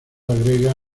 agrega